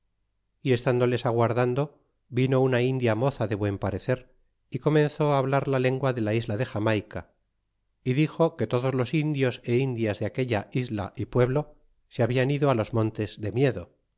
y estándoles aguardando vino una india moza de buen parecer e comenzó hablar la lengua de la isla de xamaica y dixo que todos los indios é indias de aquella isla y pueblo se habian ido á los montes de miedo